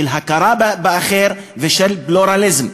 של הכרה באחר ושל פלורליזם.